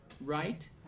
right